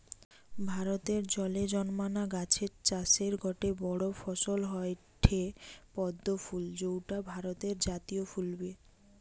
ভারতে জলে জন্মানা গাছের চাষের গটে বড় ফসল হয়ঠে পদ্ম ফুল যৌটা ভারতের জাতীয় ফুল বি